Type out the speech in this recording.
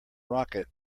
rocket